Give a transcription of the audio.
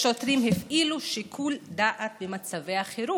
לפני כמה דקות עבר פה חוק תקציב מדומה